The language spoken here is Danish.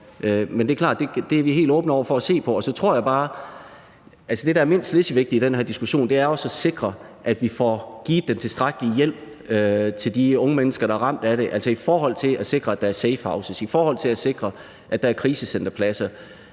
vi er helt åbne over for at se på. Det, der er mindst lige så vigtigt i den her diskussion, er også at sikre, at vi får givet den tilstrækkelige hjælp til de unge mennesker, der er ramt af det, altså i forhold til at sikre, at der er safehouses, i forhold til at sikre, at der er krisecenterpladser,